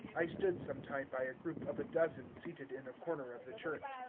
i stood some time by a group of a dozen seated in a corner of the church.